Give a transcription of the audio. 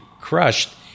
crushed